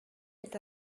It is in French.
est